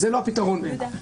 לבין פקידים,